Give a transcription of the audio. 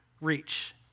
reach